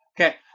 Okay